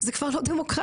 זה כבר לא דמוקרטיה.